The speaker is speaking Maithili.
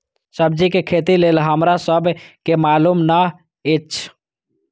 सब्जी के खेती लेल हमरा सब के मालुम न एछ?